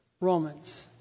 Romans